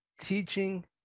teaching